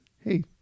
hey